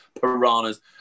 piranhas